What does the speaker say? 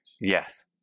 Yes